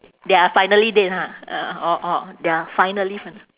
they are finally dead ah orh orh they are finally fina~